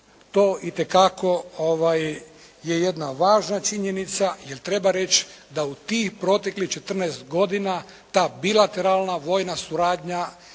To itekako je jedna važna činjenica jer treba reći da u tih proteklih 14 godina ta bilateralna vojna suradnja